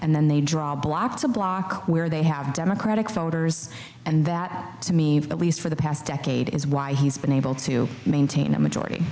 and then they draw a block to block where they have democratic voters and that to me at least for the past decade is why he's been able to maintain a majority